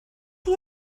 chi